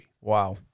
Wow